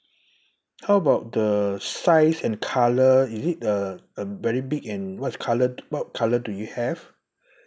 how about the size and colour is it a a very big and what's colour what colour do you have